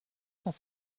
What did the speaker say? cent